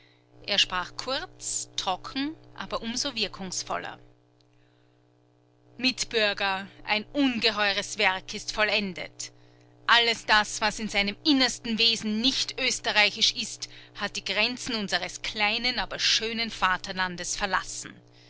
er sprach kurz trocken aber um so wirkungsvoller mitbürger ein ungeheures werk ist vollendet alles das was in seinem innersten wesen nicht österreichisch ist hat die grenzen unseres kleinen aber schönen vaterlandes verlassen